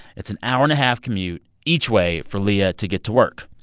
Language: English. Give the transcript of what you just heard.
it's an hour-and-a-half commute each way for leah to get to work.